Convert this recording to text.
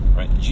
right